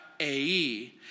AE